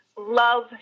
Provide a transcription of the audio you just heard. love